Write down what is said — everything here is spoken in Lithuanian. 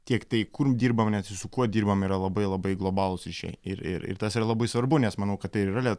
tiek tai kur dirbam nes ir su kuo dirbam yra labai labai globalūs ryšiai ir ir ir tas yra labai svarbu nes manau kad tai ir yra lie